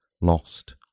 lost